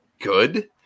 good